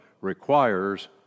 requires